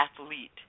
athlete